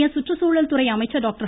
மத்திய சுற்றுச்சூழல் துறை அமைச்சர் டாக்டர்